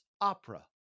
Opera